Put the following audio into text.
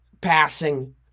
passing